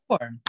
Sure